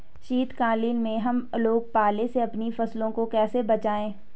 शीतकालीन में हम लोग पाले से अपनी फसलों को कैसे बचाएं?